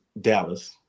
Dallas